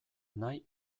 nahi